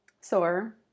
Sore